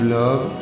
love